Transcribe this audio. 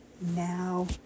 now